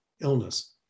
illness